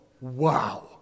Wow